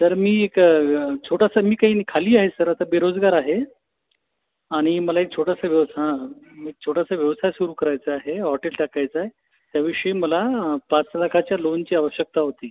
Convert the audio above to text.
तर मी एक छोटासा मी काईन खाली आहे सर आता बेरोजगार आहे आणि मला एक छोटासा व्यस हां एक छोटासा व्यवसाय सुरू करायचा आहे हॉटेल टाकायचं आहे त्याविषयी मला पाच लाखाच्या लोनची आवश्यकता होती